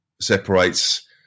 separates